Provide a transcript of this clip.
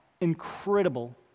incredible